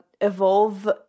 evolve